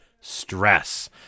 stress